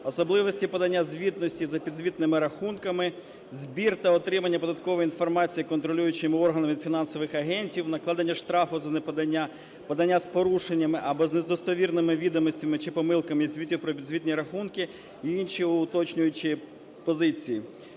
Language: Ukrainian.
особливості подання звітності за підзвітними рахунками, збір та отримання податкової інформації контролюючими органами фінансових агентів, накладення штрафу за неподання, подання з порушеннями або з недостовірними відомостями чи помилками із звітів про підзвітні рахунки, інші уточнюючі позиції.